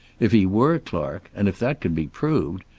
if he were clark, and if that could be proved,